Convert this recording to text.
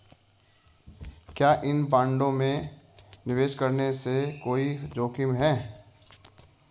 क्या इन बॉन्डों में निवेश करने में कोई जोखिम है?